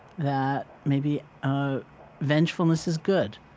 that maybe ah vengefulness is good,